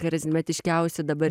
charizmatiškiausi dabar